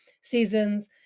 seasons